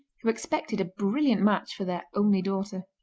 who expected a brilliant match for their only daughter.